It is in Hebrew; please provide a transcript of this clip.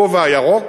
הכובע הירוק,